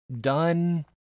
done